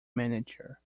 manager